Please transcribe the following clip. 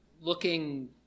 looking